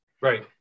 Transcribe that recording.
right